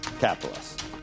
capitalist